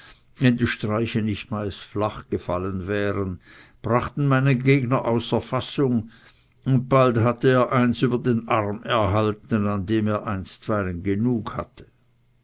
wenn die streiche nicht meist flach gefallen wären brachten meinen gegner außer fassung und bald hatte er eins über den arm erhalten an dem er einstweilen genug hatte